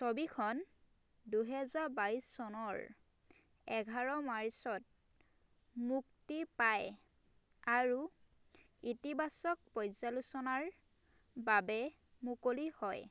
ছবিখন দুহেজাৰ বাইছ চনৰ এঘাৰ মাৰ্চত মুক্তি পায় আৰু ইতিবাচক পৰ্যালোচনাৰ বাবে মুকলি হয়